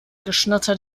geschnatter